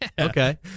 Okay